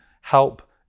help